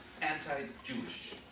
anti-Jewish